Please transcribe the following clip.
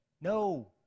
no